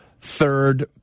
third